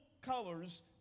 colors